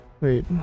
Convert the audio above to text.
Wait